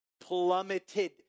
plummeted